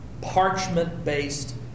parchment-based